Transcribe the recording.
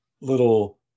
little